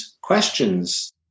questions